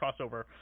crossover